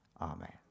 amen